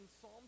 Psalm